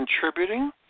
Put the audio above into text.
contributing